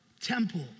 Temple